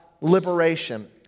liberation